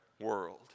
world